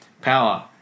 Power